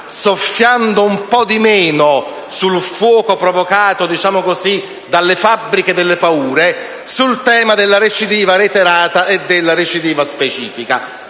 soffiando un po' meno sul fuoco provocato dalle fabbriche della paura, il tema della recidiva reiterata e della recidiva specifica.